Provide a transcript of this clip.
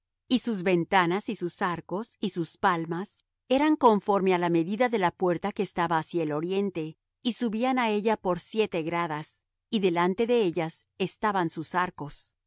y sus ventanas y sus arcos y sus palmas eran conforme á la medida de la puerta que estaba hacia el oriente y subían á ella por siete gradas y delante de ellas estaban sus arcos